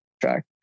track